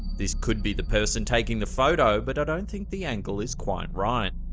this could be the person taking the photo, but i don't think the angle is quite right.